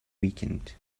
weekend